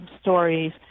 stories